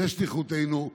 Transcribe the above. זו שליחותנו,